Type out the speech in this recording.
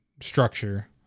structure